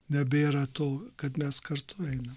nebėra to kad mes kartu einam